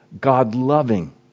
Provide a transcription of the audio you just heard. God-loving